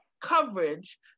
coverage